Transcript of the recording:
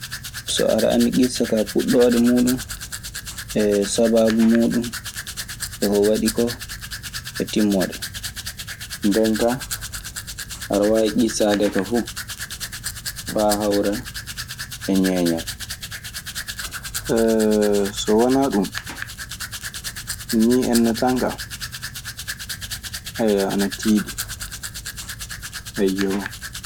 So aɗe annii ŋissa kaa, puɗɗoode muuɗun e sabaabu muuɗun e ko waɗi koo e timmooɗe. Nden kaa aɗe waawi ŋissaade ka fuu faa hawra e ñeeñal. So wanaa ɗun nii enna tan ka ana tiiɗi. Ayyo.